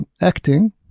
acting